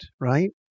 right